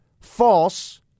false